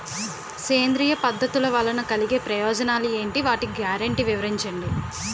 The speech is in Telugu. సేంద్రీయ పద్ధతుల వలన కలిగే ప్రయోజనాలు ఎంటి? వాటి గ్యారంటీ వివరించండి?